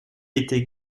était